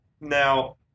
now